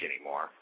anymore